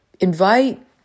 invite